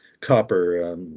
copper